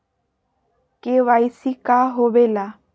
KYC का होवेला?